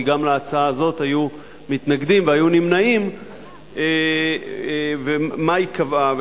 כי גם להצעה הזאת היו מתנגדים והיו נמנעים ומה היא קבעה,